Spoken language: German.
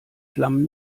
flammen